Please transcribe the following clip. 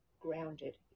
grounded